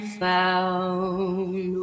found